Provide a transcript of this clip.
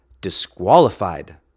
disqualified